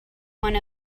one